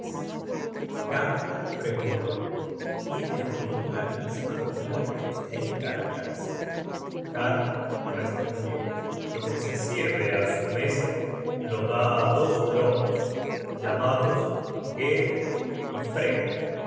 gangler preguntó tiene odin la misma comida que los einhaeryars har respondió lo que se sirve á su mesa lo da á dos lobos llamados gero y freko